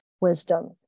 wisdom